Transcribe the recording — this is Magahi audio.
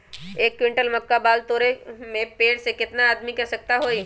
एक क्विंटल मक्का बाल तोरे में पेड़ से केतना आदमी के आवश्कता होई?